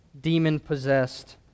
demon-possessed